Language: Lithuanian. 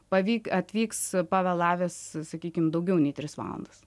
pavyk atvyks pavėlavęs sakykim daugiau nei tris valandas